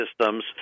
systems